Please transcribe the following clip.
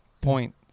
Point